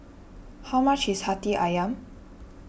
how much is Hati Ayam